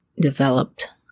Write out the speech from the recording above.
developed